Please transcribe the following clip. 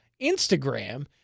Instagram